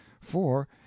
four